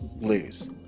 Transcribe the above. lose